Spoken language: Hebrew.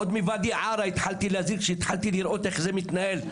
עוד מוואדי ערה התחלתי להזהיר כשהתחלתי לראות איך זה מתנהל.